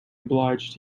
obliged